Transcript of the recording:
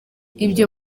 ibyo